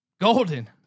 Golden